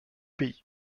pays